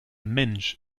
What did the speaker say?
mensch